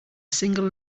single